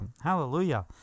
Hallelujah